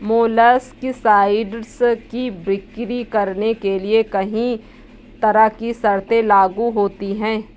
molluscicides की बिक्री करने के लिए कहीं तरह की शर्तें लागू होती है